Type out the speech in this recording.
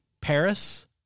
Paris